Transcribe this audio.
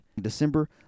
December